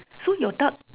so your duck